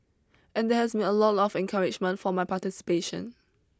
and there's been a lot of encouragement for my participation